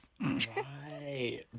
Right